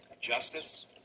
Justice